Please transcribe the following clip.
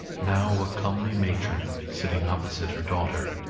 now a comely matron, sitting opposite her daughter.